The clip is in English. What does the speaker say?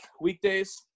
weekdays